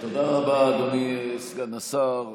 תודה רבה, אדוני סגן השר.